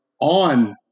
on